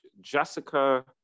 Jessica